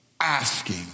asking